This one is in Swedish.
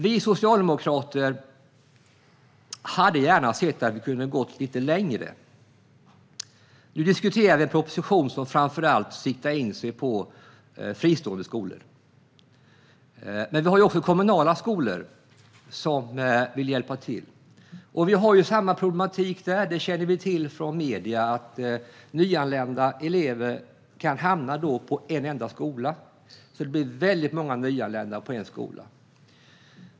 Vi socialdemokrater hade gärna sett att vi kunde gå lite längre. Nu diskuterar vi en proposition som framför allt siktar in sig på fristående skolor. Men vi har också kommunala skolor som vill hjälpa till, och vi har samma problematik där. Vi känner till från medierna att nyanlända elever kan hamna i en enda skola. Det blir då väldigt många nyanlända i en skola.